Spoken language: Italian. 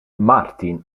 martin